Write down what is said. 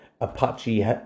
Apache